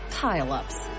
pile-ups